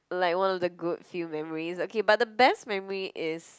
like one of the good few memories okay but the best memory is